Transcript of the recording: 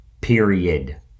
Period